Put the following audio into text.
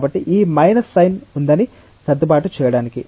కాబట్టి ఈ minus sign ఉందని సర్దుబాటు చేయడానికి